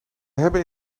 hebben